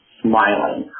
smiling